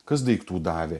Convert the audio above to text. kas daiktų davė